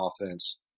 offense